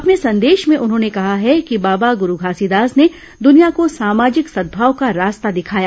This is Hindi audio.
अपने संदेश में उन्होंने कहा है कि बाबा गरू घासीदास ने दनिया को सामाजिक सदभाव का रास्ता दिखाया